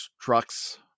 trucks